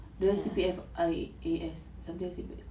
the C_P_F I_A_S something like C_P_F